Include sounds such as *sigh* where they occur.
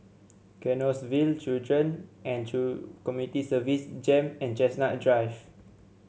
Canossaville Children and *unintelligible* Community Services JEM and Chestnut Drive